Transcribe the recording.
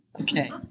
okay